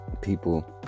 People